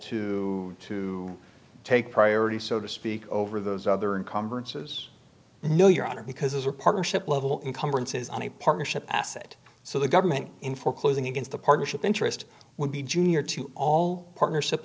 to to take priority so to speak over those other encumberances no your honor because it's a partnership level incumbrances on a partnership asset so the government in foreclosing against the partnership interest would be junior to all partnership